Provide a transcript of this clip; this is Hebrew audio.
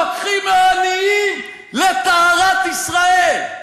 לוקחים מהעניים לטהרת ישראל.